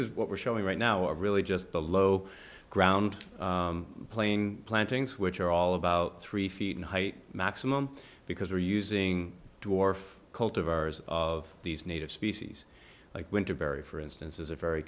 is what we're showing right now are really just the low ground playing plantings which are all about three feet in height maximum because we're using dwarf cult of ours of these native species like winter berry for instance is a very